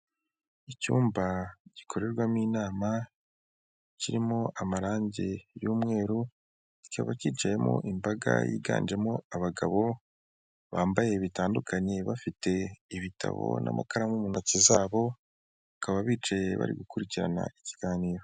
Icyumba gikorerwamo inama kirimo amarangi y'umweru cyikaba kicayemo imbaga yiganjemo abagabo bambaye bitandukanye bafite ibitabo n'amakaramu mu ntoki zabo bakaba bicaye bari gukurikirana ikiganiro.